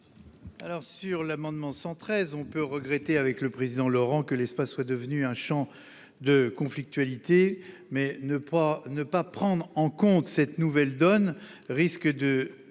concerne l'amendement n° 133, on peut regretter, avec Pierre Laurent, que l'espace soit devenu un champ de conflictualité, mais ne pas prendre en compte cette nouvelle donne risque de